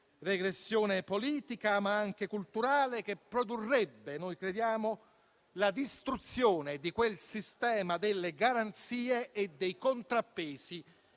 regressione politica, ma anche culturale, che riteniamo produrrebbe la distruzione di quel sistema delle garanzie e dei contrappesi